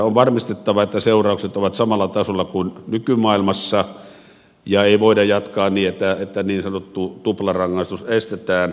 on varmistettava että seuraukset ovat samalla tasolla kuin nykymaailmassa ja ei voida jatkaa niin että niin sanottu tuplarangaistus estetään